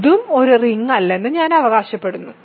ഇതും ഒരു റിങ് അല്ലെന്ന് ഞാൻ അവകാശപ്പെടുന്നു